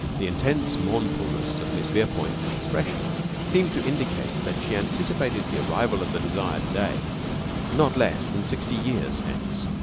the intense mournfulness of miss verepoint's expression seemed to indicate that she anticipated the arrival of the desired day not less than sixty years hence.